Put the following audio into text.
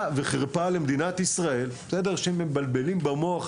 וחרפה למדינת ישראל שמבלבלים במוח.